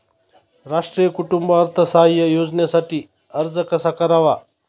राष्ट्रीय कुटुंब अर्थसहाय्य योजनेसाठी अर्ज कसा करावा?